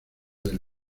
del